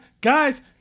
guys